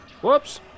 Whoops